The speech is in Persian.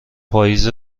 پائیز